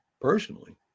personally